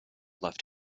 left